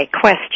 question